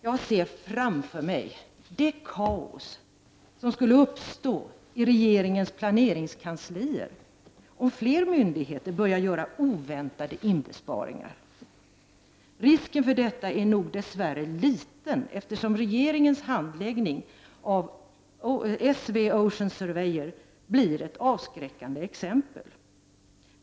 Jag ser framför mig det kaos som skulle uppstå i regeringens planeringskanslier om fler myndigheter börjar göra oväntade inbesparingar. Risken för detta är nog dess värre liten, eftersom regeringens handläggning av S/V Ocean Surveyor blir ett avskräckande exempel.